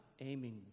aiming